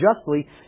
justly